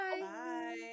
Bye